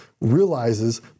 realizes